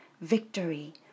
victory